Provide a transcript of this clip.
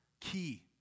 key